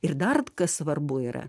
ir dar kas svarbu yra